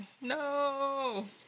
No